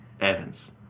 Evans